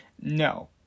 No